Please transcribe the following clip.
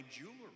jewelry